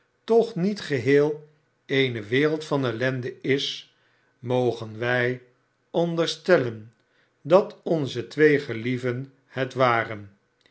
toch niet geheel eene wereld van ellende is mogen wij onderstellen dat onze twee gelieven het waren